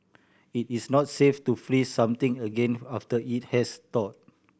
it is not safe to freeze something again after it has thawed